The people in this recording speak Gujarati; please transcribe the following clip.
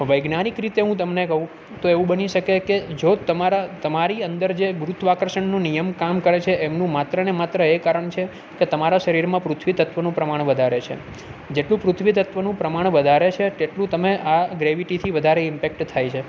તો વૈજ્ઞાનિક રીતે હું તમને કહુ તો એવું બની શકે કે જો તમારા તમારી અંદર જે ગુરુત્વાકર્ષણનું નીયમ કામ કરે છે એમનું માત્રને માત્ર એ કારણ છે કે તમારા શરીરમાં પૃથ્વી તત્ત્વનું પ્રમાણ વધારે છે જેટલું પૃથ્વી તત્ત્વનું પ્રમાણ વધારે છે તેટલું તમે આ ગ્રેવીટીથી વધારે ઇમ્પેક્ટ થાય છે